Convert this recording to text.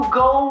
go